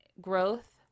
Growth